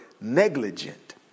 Negligent